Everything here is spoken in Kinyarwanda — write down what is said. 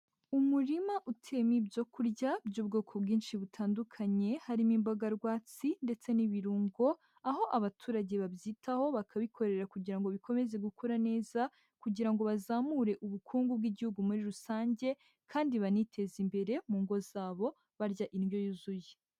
Umurima uteyemo ibyo kurya by'ubwoko bwinshi butandukanye, harimo imboga rwatsi ndetse n'ibirungo, aho abaturage babyitaho, bakabikorera kugira ngo bikomeze gukura neza, kugira ngo bazamure ubukungu bw'igihugu muri rusange, kandi baniteze imbere mu ngo zabo, barya indyo yuzuye.